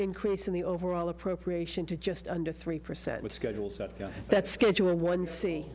increase in the overall appropriation to just under three percent with schedules that schedule a one